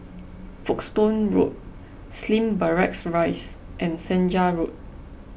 Folkestone Road Slim Barracks Rise and Senja Road